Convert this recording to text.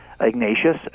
Ignatius